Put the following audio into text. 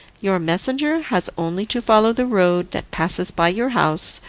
your messenger has only to follow the road that passes by your house,